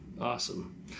Awesome